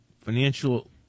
financial